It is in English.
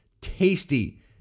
tasty